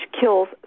kills